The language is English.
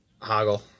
Hoggle